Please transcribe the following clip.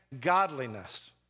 godliness